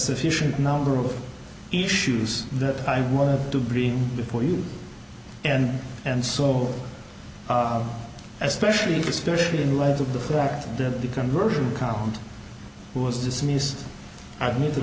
sufficient number of issues that i wanted to bring before you and and so i will especially especially in light of the fact that the conversion count was dismissed i'd ne